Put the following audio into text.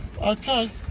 Okay